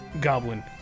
goblin